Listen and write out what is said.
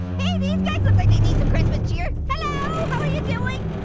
hey, these guys look like they need some christmas cheer. hello, how are you doing?